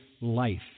life